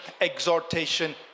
exhortation